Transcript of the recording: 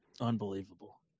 Unbelievable